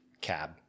cab